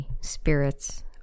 spirits